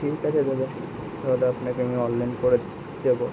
ঠিক আছে দাদা তাহলে আপনাকে আমি অনলাইন করে দেবো